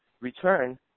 return